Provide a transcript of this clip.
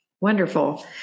Wonderful